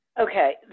Okay